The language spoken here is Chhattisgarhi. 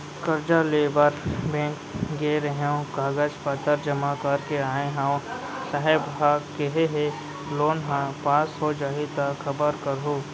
करजा लेबर बेंक गे रेहेंव, कागज पतर जमा कर के आय हँव, साहेब ह केहे हे लोन ह पास हो जाही त खबर करहूँ